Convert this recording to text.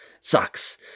Sucks